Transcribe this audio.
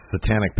satanic